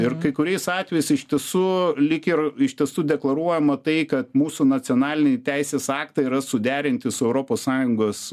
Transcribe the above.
ir kai kuriais atvejais iš tiesų lyg ir iš tiesų deklaruojama tai kad mūsų nacionaliniai teisės aktai yra suderinti su europos sąjungos